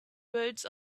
birds